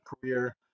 career